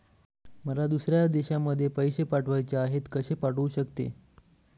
मला दुसऱ्या देशामध्ये पैसे पाठवायचे आहेत कसे पाठवू शकते?